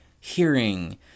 hearing